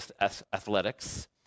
athletics